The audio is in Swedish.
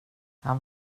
han